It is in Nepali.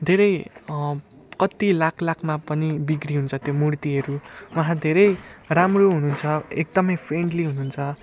धेरै कति लाख लाखमा पनि बिक्री हुन्छ त्यो मुर्तीहरू उहाँ धेरै राम्रो हुनुहुन्छ एकदमै फ्रेङ्कली हुनुहुन्छ